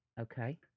Okay